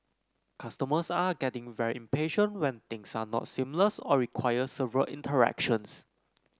customers are getting very impatient when things are not seamless or require several interactions